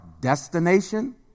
destination